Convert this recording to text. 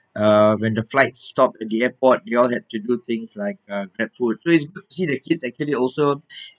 uh when the flight stopped at the airport you all have to do things like uh grab food so it's good see the kids actually also